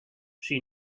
she